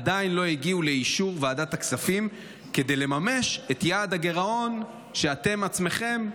עדיין לא הגיעו לאישור ועדת הכספים כדי לממש את יעד הגירעון שאתם עצמכם,